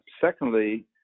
Secondly